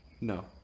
No